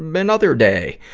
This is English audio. another day!